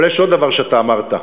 אבל יש עוד דבר שאתה אמרת,